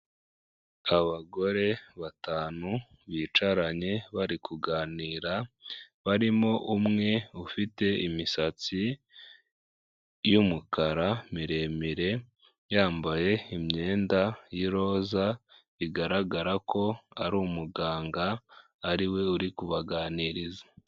Abagore batanu bicaranye bari kuganira, barimo umwe ufite imisatsi y'umukara miremire yambaye imyenda y'iroza, bigaragara ko ari umuganga ariwe uri kubaganiriza.